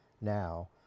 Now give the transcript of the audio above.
now